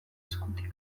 eskutik